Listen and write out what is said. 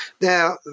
Now